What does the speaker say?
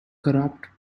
corrupt